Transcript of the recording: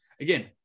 Again